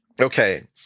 Okay